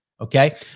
Okay